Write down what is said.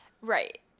right